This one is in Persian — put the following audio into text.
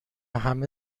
همه